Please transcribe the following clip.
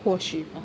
或许吧